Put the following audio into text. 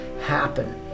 happen